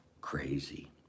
crazy